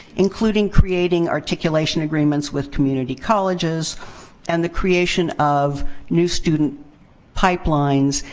including creating articulation agreements with community colleges and the creation of new student pipelines,